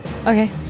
Okay